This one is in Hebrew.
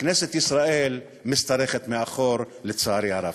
וכנסת ישראל משתרכת מאחור, לצערי הרב.